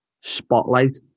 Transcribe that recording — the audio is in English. spotlight